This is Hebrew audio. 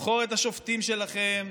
לבחור את השופטים שלכם,